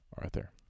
Arthur